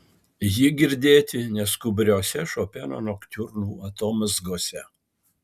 ji girdėti neskubriose šopeno noktiurnų atomazgose